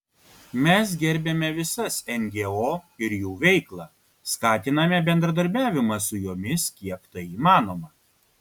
mes gerbiame visas ngo ir jų veiklą skatiname bendradarbiavimą su jomis kiek tai įmanoma